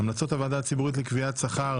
המלצות הוועדה הציבורית לקביעת שכר